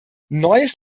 neues